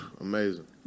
Amazing